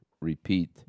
repeat